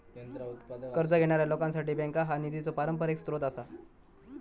कर्ज घेणाऱ्या लोकांसाठी बँका हा निधीचो पारंपरिक स्रोत आसा